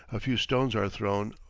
a few stones are thrown,